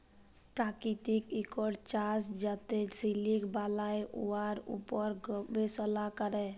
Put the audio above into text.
পাকিতিক ইকট চাষ যাতে সিলিক বালাই, উয়ার উপর গবেষলা ক্যরে